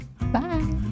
Bye